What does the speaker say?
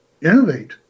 innovate